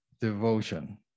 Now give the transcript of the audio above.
Devotion